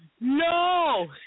no